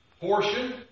Portion